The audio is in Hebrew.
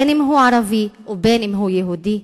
אם הוא ערבי ואם הוא יהודי.